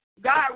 God